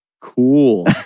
cool